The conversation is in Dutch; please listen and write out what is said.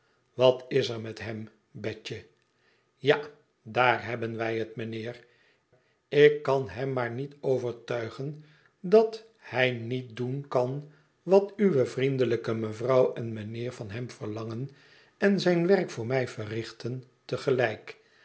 wat is er met hem betje ja daar hebben wij het mijnheer ik kan hem maar niet overtuigen lat hij niet doen kan wat uwe vriendelijke mevrouw en mijnheer van hem verlangen en zijn werk voor mij verrichten